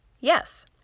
Yes